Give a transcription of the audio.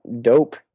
dope